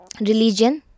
religion